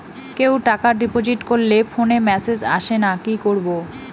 কেউ টাকা ডিপোজিট করলে ফোনে মেসেজ আসেনা কি করবো?